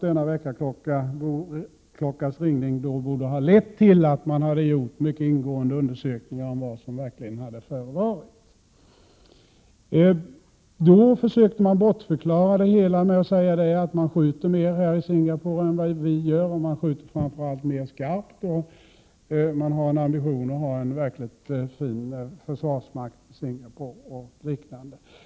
Denna väckarklocksringning borde ha lett till att man hade gjort mycket ingående undersökningar om vad som verkligen hade förevarit. Då försökte man bortförklara det hela med att säga att man i Singapore skjuter mer än vad vi gör här och att man framför allt skjuter mer skarpt. Man har en ambition där att få en verkligt fin försvarsmakt.